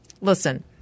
listen